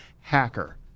hacker